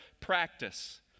practice